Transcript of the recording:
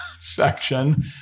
section